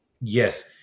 Yes